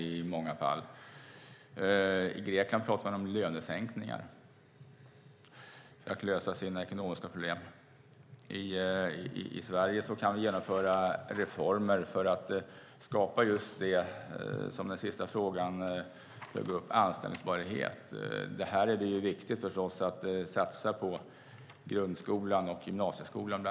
I Grekland talas det om lönesänkningar för att kunna lösa de ekonomiska problemen. I Sverige kan vi genomföra reformer för att skapa just anställbarhet. Det är viktigt att satsa på bland annat grundskolan och gymnasieskolan.